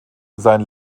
sein